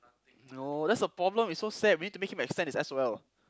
no that's a problem is so sad we need to make him extend his S_O_L